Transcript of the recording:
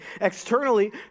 Externally